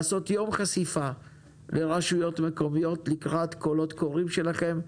צריך לעשות יום חשיפה לרשויות מקומיות לקראת קולות קוראים שלכם.